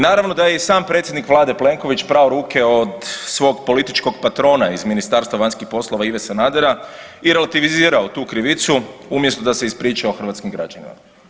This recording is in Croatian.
Naravno da je i sam predsjednik Vlade Plenković prao ruke od svog političkog patrona iz Ministarstva vanjskih poslova Ive Sanadera i relativizirao tu krivicu umjesto da se ispričao hrvatskim građanima.